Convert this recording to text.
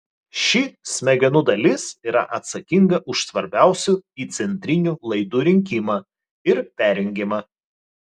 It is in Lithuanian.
ši smegenų dalis yra atsakinga už svarbiausių įcentrinių laidų rinkimą ir perjungimą